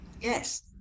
yes